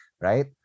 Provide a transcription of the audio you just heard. right